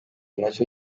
nacyo